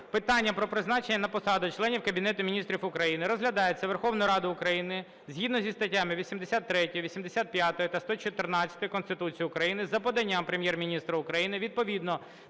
Питання про призначення на посаду членів Кабінету Міністрів України розглядається Верховною Радою України згідно зі статтями 83, 85 та 114 Конституції України за поданням Прем'єр-міністра України відповідно